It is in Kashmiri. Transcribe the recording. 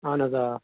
اَہَن حظ آ